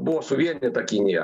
buvo suvienyta kinija